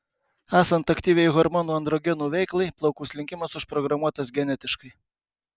esant aktyviai hormonų androgenų veiklai plaukų slinkimas užprogramuotas genetiškai